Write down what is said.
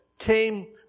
came